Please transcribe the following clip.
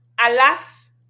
Alas